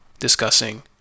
discussing